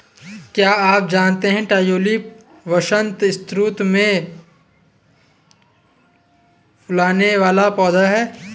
क्या आप जानते है ट्यूलिप वसंत ऋतू में फूलने वाला पौधा है